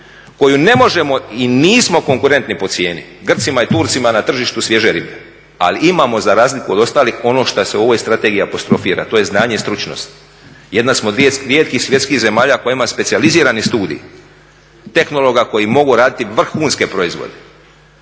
koju ne možemo i nismo konkurenti po cijeni Grcima i Turcima na tržištu svježe ribe, ali imamo za razliku od ostalih ono što se u ovoj strategiji apostrofira to je znanje i stručnost. Jedna smo od rijetkih svjetskih zemalja koja ima specijalizirani studij tehnologa koji mogu raditi vrhunske proizvode